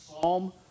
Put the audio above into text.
Psalm